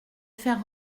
faire